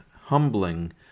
humbling